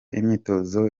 imyitozo